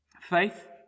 faith